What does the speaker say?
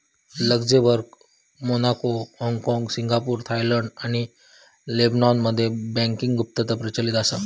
Luxembourg, Monaco, हाँगकाँग, Singapore, Ireland आणि लेबनॉनमध्ये बँकिंग गुप्तता प्रचलित असा